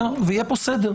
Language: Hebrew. יהיה פה סדר.